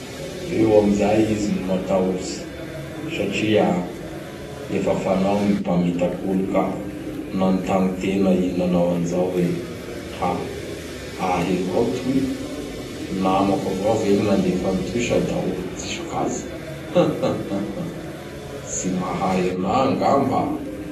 Eo main'izay izy gny mataotsy satria efa fanaony gny mamitaky olo ka nagnotany tena i nanao an zao hoe, Ahy avao toy? Namako avao ve gny nandefa an toy sa da olo diso kajy? Tsy mahay ana ngamba?!